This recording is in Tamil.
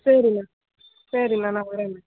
சரிண்ணா சரிண்ணா நான் வரேன்ண்ணா